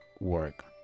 work